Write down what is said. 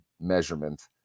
measurement